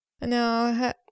No